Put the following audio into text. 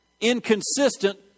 inconsistent